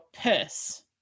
purse